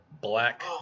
Black